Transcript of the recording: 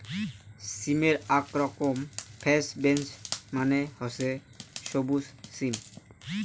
সিমের আক রকম ফ্রেঞ্চ বিন্স মানে হসে সবুজ সিম